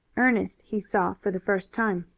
ernest he saw for the first time.